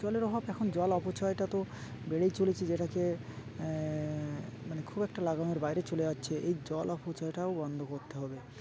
জলের অভাব এখন জল অপচয়টা তো বেড়েই চলেছে যেটাকে মানে খুব একটা লাগামের বাইরে চলে যাচ্ছে এই জল অপচয়টাও বন্ধ করতে হবে